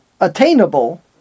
attainable